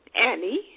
Annie